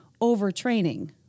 overtraining